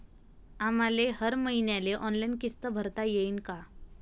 आम्हाले हर मईन्याले ऑनलाईन किस्त भरता येईन का?